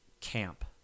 camp